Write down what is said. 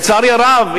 לצערי הרב,